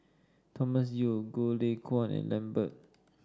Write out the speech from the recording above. Thomas Yeo Goh Lay Kuan and Lambert